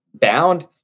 Bound